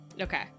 Okay